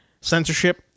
censorship